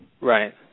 Right